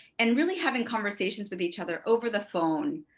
and really having conversations with each other over the phone,